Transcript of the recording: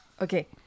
okay